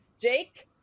Jake